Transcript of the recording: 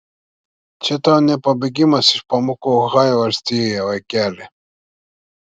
čia tau ne pabėgimas iš pamokų ohajo valstijoje vaikeli